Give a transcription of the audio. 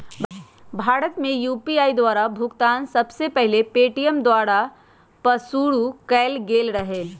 भारत में यू.पी.आई द्वारा भुगतान सबसे पहिल पेटीएमें द्वारा पशुरु कएल गेल रहै